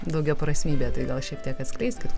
daugiauprasmybė tai gal šiek tiek atskleiskit